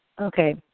okay